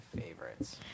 favorites